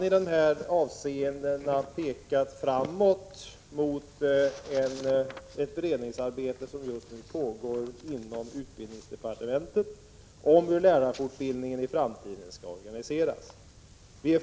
Utskottet har här pekat framåt på ett just nu inom utbildningsdepartementet pågående beredningsarbete med hur lärarfortbildningen skall vara organiserad i framtiden.